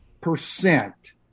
percent